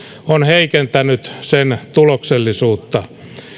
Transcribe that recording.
on heikentänyt sen tuloksellisuutta